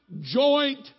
joint